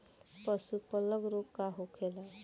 पशु प्लग रोग का होखेला?